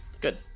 Good